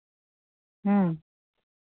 ᱦᱮᱸ